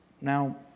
Now